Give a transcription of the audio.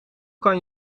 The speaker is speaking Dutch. kan